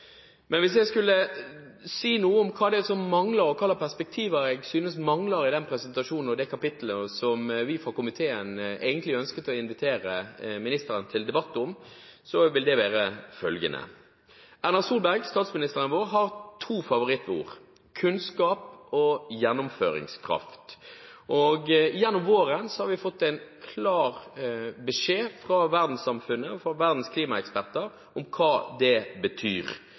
Men hvis jeg skulle si noe om hva det er som mangler, og hva slags perspektiver jeg synes mangler i den presentasjonen og det kapitlet, som vi fra komiteen egentlig ønsket å invitere ministeren til debatt om, vil det være følgende: Erna Solberg, statsministeren vår, har to favorittord: kunnskap og gjennomføringskraft. Gjennom våren har vi fått en klar beskjed fra verdenssamfunnet og fra verdens klimaeksperter om hva det betyr,